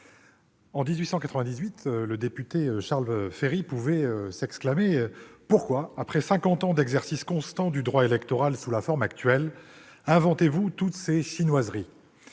en 1898, le député Charles Ferry pouvait s'exclamer :« Pourquoi, après cinquante ans d'exercice constant du droit électoral sous la forme actuelle, inventez-vous [...] toutes ces chinoiseries ?»